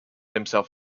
himself